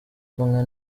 kumwe